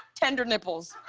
tender nipples.